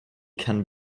can